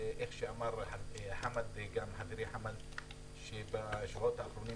כמו שאמר חברי חמד, בשבועות האחרונים